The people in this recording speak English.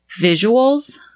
visuals